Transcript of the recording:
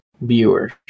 viewers